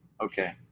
Okay